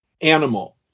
animal